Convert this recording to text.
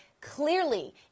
clearly